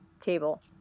table